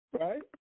right